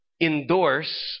Endorse